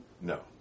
No